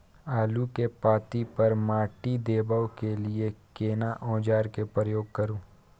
आलू के पाँति पर माटी देबै के लिए केना औजार के प्रयोग करू?